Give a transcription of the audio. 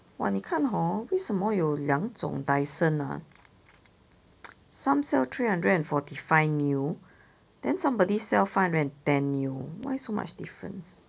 !wah! 你看 hor 为什么有两种 Dyson ah some sell three hundred and fourty five new then somebody sell five hundred and ten new why so much difference